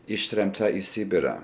ištremta į sibirą